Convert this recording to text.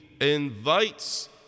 invites